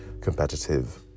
Competitive